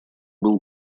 был